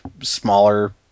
smaller